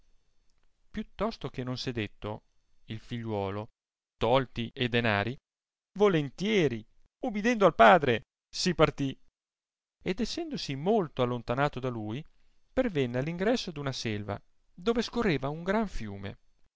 tosto che non s'è detto il figliuolo tolti e danari volentieri ubidendo al padre si partì ed essendosi molto allontanato da lui pervenne all ingresso d una selva dove scorreva un gran fiume